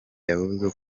yavuze